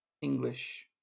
English